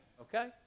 Okay